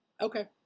Okay